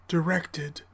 Directed